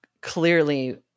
clearly